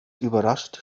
überrascht